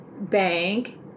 Bank